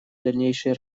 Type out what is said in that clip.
дальнейшей